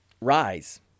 rise